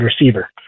receiver